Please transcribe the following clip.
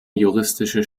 juristische